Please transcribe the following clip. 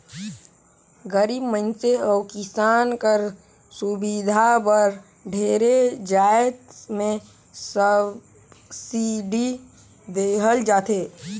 गरीब मइनसे अउ किसान कर सुबिधा बर ढेरे जाएत में सब्सिडी देहल जाथे